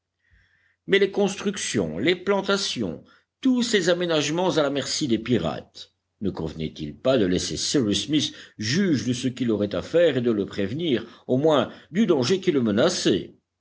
mais les constructions les plantations tous ces aménagements à la merci des pirates ne convenait-il pas de laisser cyrus smith juge de ce qu'il aurait à faire et de le prévenir au moins du danger qui le menaçait